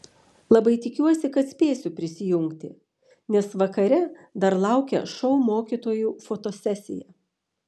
labai tikiuosi kad spėsiu prisijungti nes vakare dar laukia šou mokytojų fotosesija